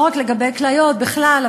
לא רק לגבי כליות אלא בכלל,